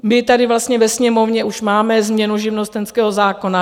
My tady vlastně ve Sněmovně už máme změnu živnostenského zákona.